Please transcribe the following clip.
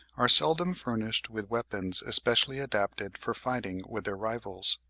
are seldom furnished with weapons especially adapted for fighting with their rivals.